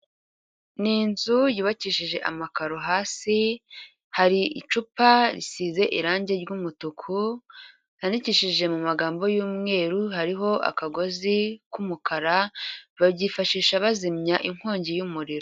Ni inzu yubakishije amakaro hasi hari icupa risize irange ry'umutuku, yandikishije mu magambo y'umweru, hariho akagozi k'umukara, babyifashisha bazimya inkongi y'umuriro.